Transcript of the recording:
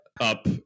up